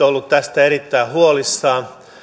ollut tästä erittäin huolissaan